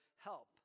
help